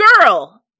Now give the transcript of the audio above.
Girl